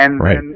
Right